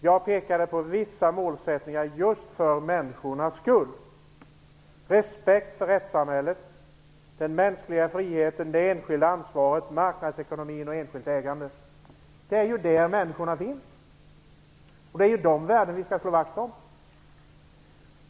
Jag pekade på vissa målsättningar just för människornas skull: respekt för rättssamhället, den mänskliga friheten, det enskilda ansvaret, marknadsekonomin och enskilt ägande. Det är det som människorna vill. Det är de värdena vi skall slå vakt om.